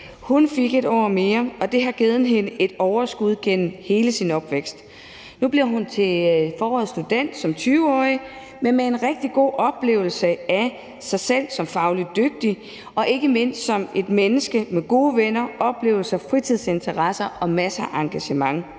Hun fik et år mere, og det har givet hende et overskud gennem hele hendes opvækst. Nu bliver hun til foråret student som 20-årig, men med en rigtig god oplevelse af sig selv som fagligt dygtig og ikke mindst som et menneske med gode venner, oplevelser, fritidsinteresser og masser af engagement.